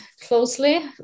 closely